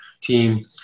team